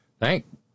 thank